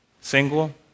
single